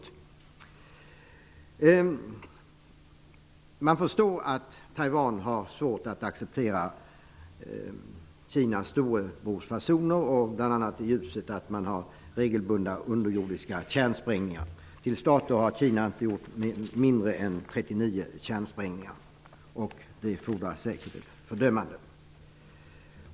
Man kan förstå att Taiwan har svårt att acceptera Kinas storebrorsfasoner. De utför ju bl.a. regelbundna underjordiska kärnsprängningar. Till dags dato har Kina gjort inte mindre än 39 kärnsprängningar. Det fordrar säkert ett fördömande.